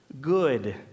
good